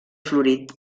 florit